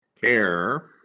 care